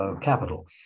capital